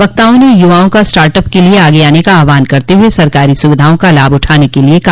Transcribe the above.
वक्ताओं ने युवाओं का स्टार्टअप के लिए आगे आने का आह्वान करते हुए सरकारी सुविधाओं का लाभ उठाने के लिए कहा